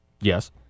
Yes